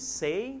say